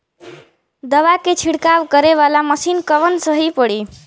दवा के छिड़काव करे वाला मशीन कवन सही पड़ी?